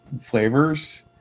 flavors